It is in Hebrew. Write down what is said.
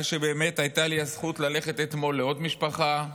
שהייתה לי הזכות ללכת אתמול לעוד משפחה.